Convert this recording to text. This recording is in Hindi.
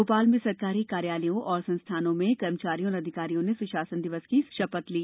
भोपाल में सरकारी कार्यालयों ओर संस्थानों में कर्मचारियों और अधिकारियों ने सुशासन दिवस की शपथ ली